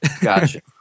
Gotcha